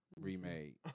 Remade